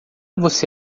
você